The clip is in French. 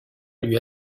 lui